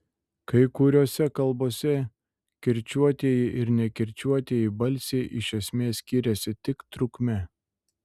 kai kuriose kalbose kirčiuotieji ir nekirčiuotieji balsiai iš esmės skiriasi tik trukme